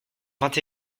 vingt